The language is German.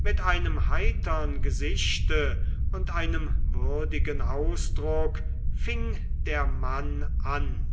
mit einem heitern gesichte und einem würdigen ausdruck fing der mann an